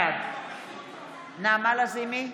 בעד נעמה לזימי,